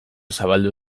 zabaldu